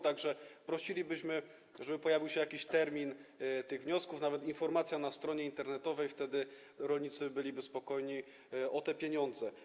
Tak że prosilibyśmy, żeby pojawił się jakiś termin dotyczący tych wniosków, nawet informacja na stronie internetowej, wtedy rolnicy byliby spokojni o te pieniądze.